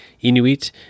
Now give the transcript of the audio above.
Inuit